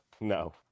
No